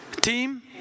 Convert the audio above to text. Team